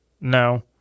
no